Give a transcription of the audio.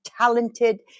talented